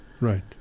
right